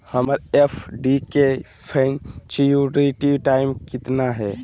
हमर एफ.डी के maturity time कितना है?